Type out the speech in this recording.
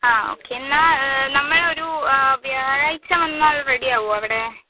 ആ ഓക്കെ എന്നാൽ നമ്മൾ ഒരു വ്യാഴാഴ്ച വന്നാൽ റെഡി ആവുമോ അവിടെ